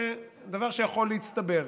וזה דבר שיכול להצטבר.